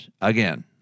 again